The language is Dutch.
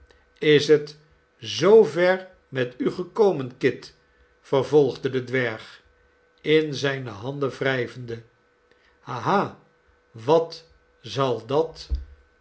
is het zoover met u gekomen kit vervolgde de dwerg in zijne handen wrijvende ha ha ha wat zaldat den